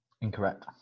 incorrect